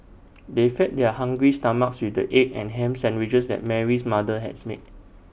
they fed their hungry stomachs with the egg and Ham Sandwiches that Mary's mother has made